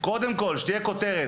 קודם כול שתהיה כותרת: